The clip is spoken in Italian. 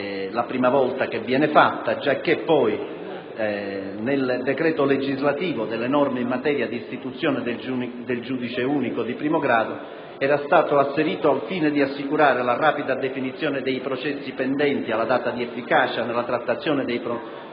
questa scelta viene effettuata, giacché nel decreto legislativo riguardante le norme in materia di istituzione del giudice unico di primo grado era stato asserito che, al fine di assicurare la rapida definizione dei processi pendenti alla data di efficacia nella trattazione dei procedimenti